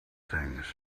things